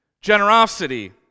generosity